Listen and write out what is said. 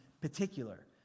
particular